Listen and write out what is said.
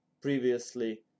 previously